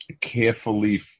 carefully